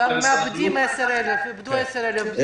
כן, נמצא, נמצא.